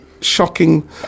shocking